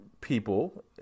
people